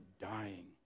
dying